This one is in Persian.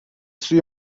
سوی